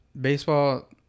baseball